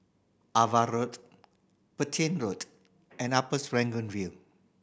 Ava Road Petain Road and Upper Serangoon View